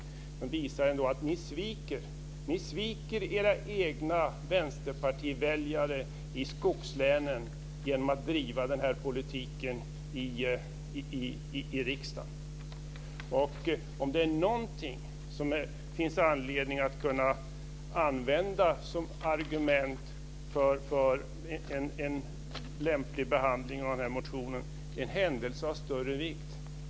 Det visar att ni sviker era egna vänsterpartiväljare i skogslänen genom att driva den här politiken i riksdagen. Om det är någonting som det finns anledning att använda som argument för en lämplig behandling av den här motionen är det att det är en händelse av större vikt.